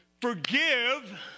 forgive